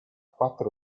quattro